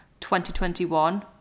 2021